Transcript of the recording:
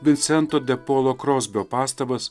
vincento depolo krozbio pastabas